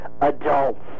adults